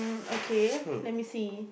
okay let me see